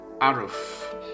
Aruf